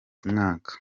umwaka